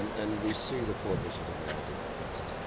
and we see the prohibitions in a lot of different places.